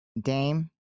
Dame